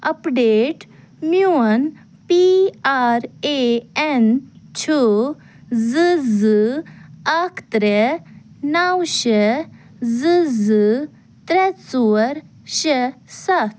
up date میٛون P R A N چھُ زٕ زٕ اکھ ترٛےٚ نَو شےٚ زٕ زٕ ترٛےٚ ژور شےٚ سَتھ